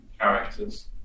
characters